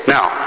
Now